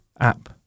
app